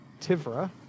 Tivra